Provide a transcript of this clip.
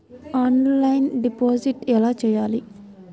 Offline deposit ఎలా చేయాలి?